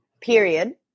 period